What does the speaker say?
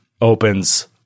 opens